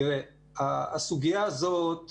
הסוגיה הזאת,